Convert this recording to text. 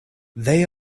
they